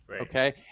okay